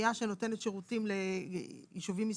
עירייה שנותנת שירותים ליישובים מסביב.